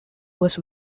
was